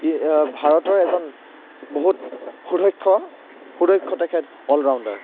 ভাৰতৰ এজন বহুত সুধক্ষ সুদক্ষ তেখেত অলৰাউণ্ডাৰ